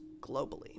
globally